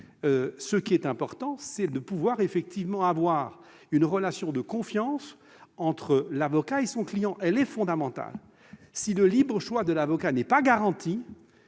un procès, l'important c'est pouvoir avoir une relation de confiance entre l'avocat et son client ; celle-ci est fondamentale. Si le libre choix de l'avocat n'est pas garanti,